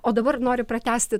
o dabar noriu pratęsti